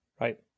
Right